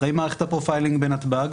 אחרי מערכת הפרופיילינג בנתב"ג,